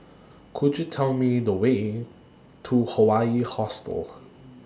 Could YOU Tell Me The Way to Hawaii Hostel